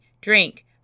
Drink